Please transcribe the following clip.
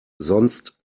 sonst